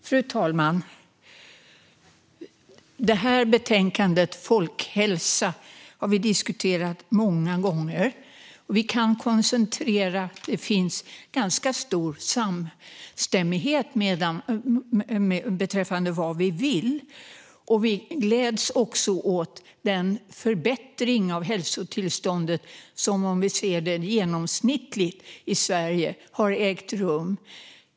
Fru talman! Det här betänkandet om folkhälsa har vi diskuterat många gånger, och vi kan konstatera att det finns ganska stor samstämmighet beträffande vad vi vill. Vi gläds också åt den förbättring av hälsotillståndet som, om vi ser det genomsnittligt, har ägt rum i Sverige.